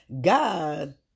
God